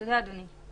תודה, אדוני.